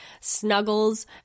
Snuggles